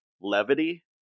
levity